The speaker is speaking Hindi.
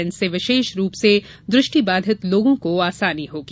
इनसे विशेष रूप से दृष्टि बाधित लोगों को आसानी होगी